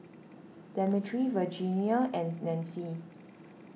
Demetri Virginia and Nancy